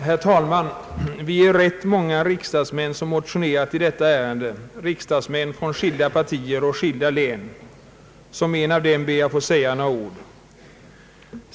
Herr talman! Det är ganska många riksdagsmän, från olika partier och olika län, som har motionerat i detta ärende. Som en av dem ber jag att få säga några ord.